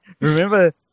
Remember